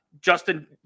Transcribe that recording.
Justin